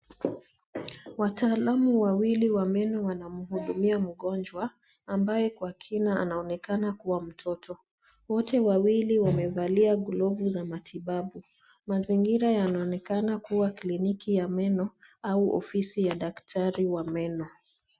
Wataalamu wawili wa meno wanamhudumia mgonjwa ambaye kwa kina anaonekana kuwa mtoto. Wote wawili wamevalia glovu za matibabu. Mazingira yanaonekana kuwa kliniki ya meno au ofisi ya daktari wa meno.